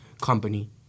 Company